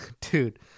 dude